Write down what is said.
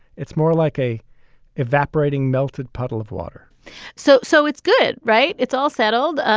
it's more like a evaporating, melted puddle of water so. so it's good. right. it's all settled.